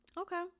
Okay